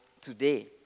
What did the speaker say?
today